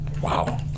wow